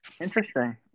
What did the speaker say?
Interesting